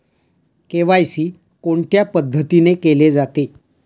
KYC कोणत्या पद्धतीने केले जाते?